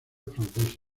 francesa